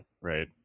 Right